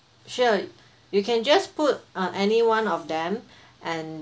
sure you can just put on any one of them and